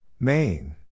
Main